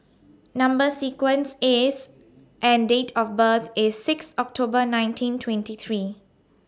Number sequence IS and Date of birth IS six October nineteen twenty three